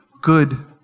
good